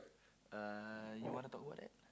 uh you wanna talk about that